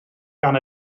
gan